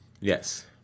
Yes